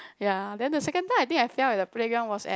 ya then the second time I think I fell at the playground was at